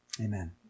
Amen